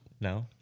No